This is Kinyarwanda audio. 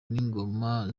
n’ingona